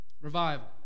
Revival